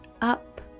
up